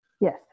Yes